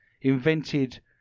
invented